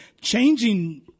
changing